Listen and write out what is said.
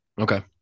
Okay